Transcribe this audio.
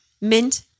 Mint